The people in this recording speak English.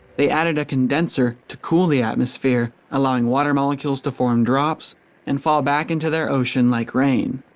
they added a condenser to cool the atmosphere, allowing water molecules to form drops and fall back into their ocean like rain.